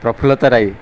Praful Tarai